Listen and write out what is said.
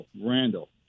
Randall